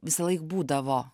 visąlaik būdavo